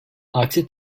aksi